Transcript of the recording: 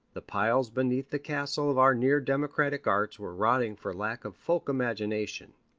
the piles beneath the castle of our near-democratic arts were rotting for lack of folk-imagination.